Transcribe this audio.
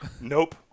Nope